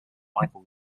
michael